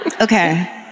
Okay